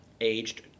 aged